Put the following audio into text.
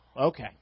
Okay